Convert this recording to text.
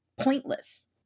pointless